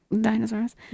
dinosaurs